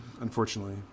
unfortunately